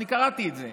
אני קראתי את זה.